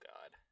God